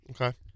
Okay